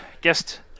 guest